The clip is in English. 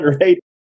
right